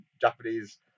japanese